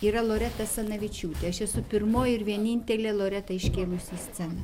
yra loreta asanavičiūtė aš esu pirmoji ir vienintelė loretai iškėlusi sceną